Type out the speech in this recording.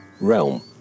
realm